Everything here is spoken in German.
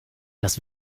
das